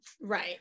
right